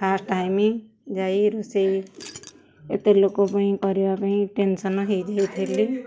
first time ଯାଇ ରୋଷେଇ ଏତେ ଲୋକ ପାଇଁ କରିବା ପାଇଁ ଟେନସନ୍ ହେଇଯାଇଥିଲି